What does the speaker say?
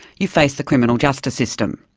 you face the criminal justice system.